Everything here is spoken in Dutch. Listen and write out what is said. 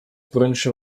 brunchen